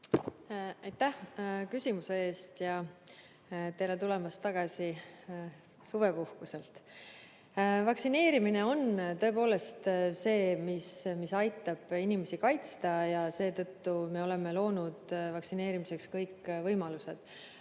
Aitäh küsimuse eest! Tere tulemast tagasi suvepuhkuselt! Vaktsineerimine on tõepoolest see, mis aitab inimesi kaitsta ja seetõttu me oleme loonud vaktsineerimiseks kõik võimalused.